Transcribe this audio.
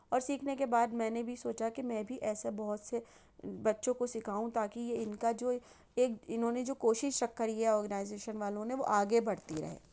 اور سیکھنے کے بعد میں نے بھی سوچا کہ میں بھی ایسا بہت سے بچوں کو سکھاؤں تاکہ یہ اِن کا جو ایک اِنہوں نے جو کوشش رکھ کری ہے آرگنائزیشن والوں نے وہ آگے بڑھتی رہے